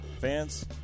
Fans